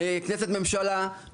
כנסת-ממשלה,